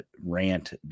rant